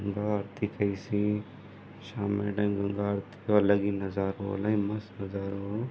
गंगा आरती कईसी शाम जे टाइम गंगा आरती जो अलॻि ई नज़ारो अलाई मस्तु नज़ारो हुओ